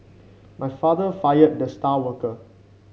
my father fired the star worker